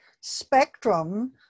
spectrum